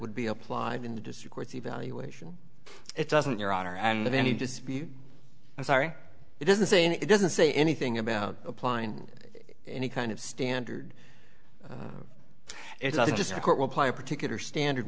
would be applied in the district courts evaluation it doesn't your honor and then he just i'm sorry it doesn't say and it doesn't say anything about applying any kind of standard it's just a court will play a particular standard